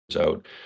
out